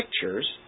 pictures